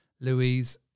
Louise